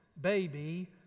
baby